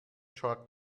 چاق